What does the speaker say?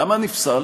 למה נפסל?